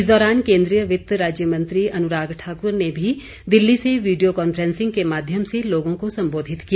इस दौरान केन्द्रीय वित्त राज्य मंत्री अनुराग ठाकुर ने भी दिल्ली से विडियो कांफ्रेंसिंग के माध्यम से लोगों को सम्बोधित किया